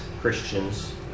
Christians